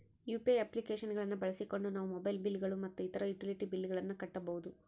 UPI application ಗಳನ್ನ ಬಳಸಿಕೊಂಡು ನಾವು ಮೊಬೈಲ್ ಬಿಲ್ ಗಳು ಮತ್ತು ಇತರ ಯುಟಿಲಿಟಿ ಬಿಲ್ ಗಳನ್ನ ಕಟ್ಟಬಹುದು